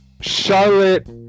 Charlotte